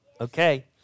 Okay